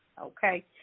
okay